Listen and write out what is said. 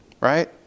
Right